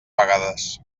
vegades